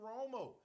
Romo